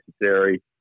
necessary